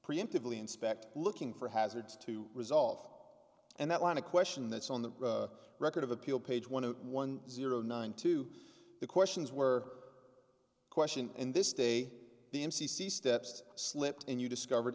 preemptively inspect looking for hazards to resolve and that line a question that's on the record of appeal page one one zero nine two the questions were question in this day the m c c steps slipped and you discovered